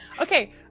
Okay